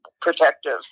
protective